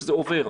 שזה עובר.